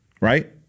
right